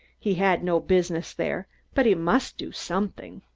he had no business there, but he must do something.